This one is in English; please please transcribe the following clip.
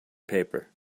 paper